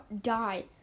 die